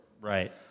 Right